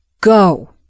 go